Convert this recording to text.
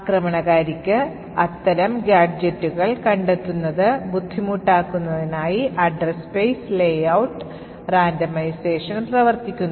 ആക്രമണകാരിക്ക് അത്തരം ഗാഡ്ജെറ്റുകൾ കണ്ടെത്തുന്നത് ബുദ്ധിമുട്ടാക്കുന്നതിനായി Address Space Layout Randomization പ്രവർത്തിക്കുന്നു